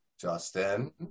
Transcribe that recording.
Justin